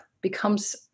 becomes